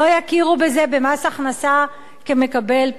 לא יכירו בזה במס הכנסה כמקבל פטור.